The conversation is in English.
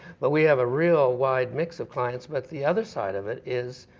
but we have a real wide mix of clients. but the other side of it is